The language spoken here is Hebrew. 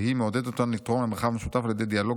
והיא מעודדת אותו לתרום מהמרחב המשותף על ידי דיאלוג